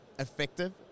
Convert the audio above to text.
Effective